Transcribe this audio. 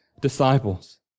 disciples